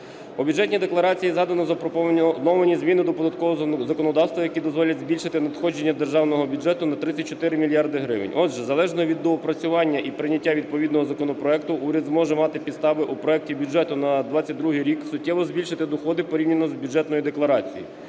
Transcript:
У Бюджетній декларації запропоновані зміни до податкового законодавства, які дозволять збільшити надходження державного бюджету на 34 мільярди гривень. Отже, залежно від доопрацювання і прийняття відповідного законопроекту уряд зможе мати підстави у проекті бюджету на 2022 рік суттєво збільшити доходи порівняно з Бюджетною декларацією.